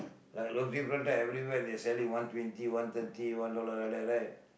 like roti-prata everywhere they sell it one twenty one thirty one dollar like that right